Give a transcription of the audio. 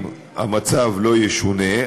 אם המצב לא ישונה,